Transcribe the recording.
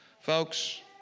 Folks